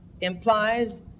implies